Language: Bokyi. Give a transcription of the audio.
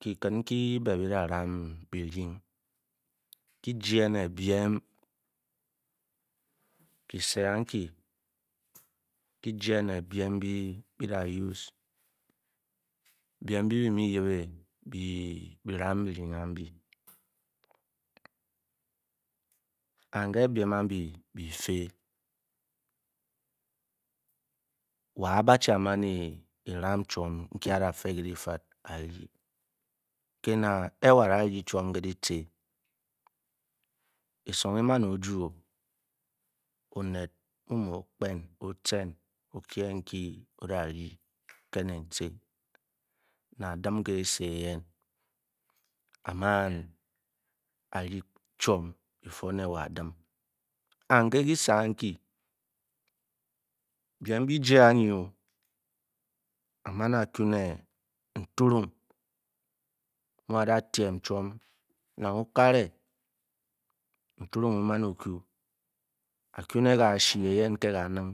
Kyket nkyi be byi da ram byiryi kyijee ne biem nbyi-bi mu yipina biram byirying and ké biem a'bi bifi wo a'ba-chi eram chwom nki a'da fe ke difad akyi kéna ke wo a'da ryi chwom ke dyici esong a man o eju-o onet mu-mu-o okpen o-cen okyeing nkyi o'da khi ke'ne nci ne a dim ke ese eyen a'man ary chwom before ne wo a'din nang ke kywe ankyi biem bijee anyi, a'ma'n a'ku ne ntu'rung mu a'da tiem chwom nang okare a'ku ue ka-chi nke kaanin